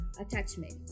attachment